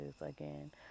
again